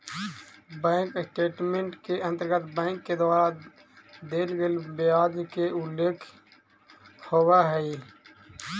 bank statement के अंतर्गत bank के द्वारा देल गेल ब्याज के उल्लेख होवऽ हइ